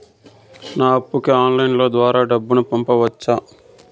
నా అప్పుకి ఆన్లైన్ ద్వారా డబ్బును పంపొచ్చా